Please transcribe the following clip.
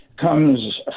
comes